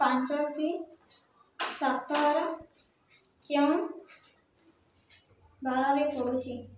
ପାଞ୍ଚ ଏପ୍ରିଲ୍ ସପ୍ତାହର କେଉଁ ବାରରେ ପଡ଼ୁଛି